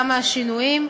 היו כמה שיחות בינינו,